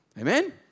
Amen